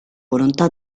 volontà